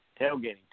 tailgating